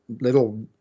little